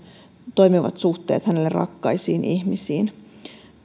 toimivat suhteet hänelle rakkaisiin ihmisiin